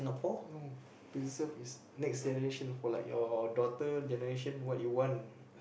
no preserve is next generation for like your daughter generation what you want